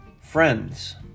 Friends